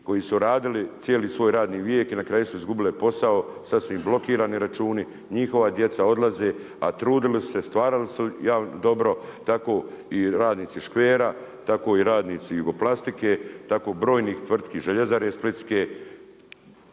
koji su radili cijeli svoj radni vijek i na kraju su izgubile posao, sad su im blokirani računi, njihova djeca odlaze, a trudili su se, stvarali su dobro tako i radnici škvera, tako i radnici Jugoplastike, tako brojnih tvrtki, željezare splitske,